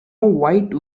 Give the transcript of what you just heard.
white